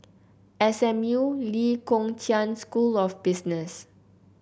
S M U Lee Kong Chian School of Business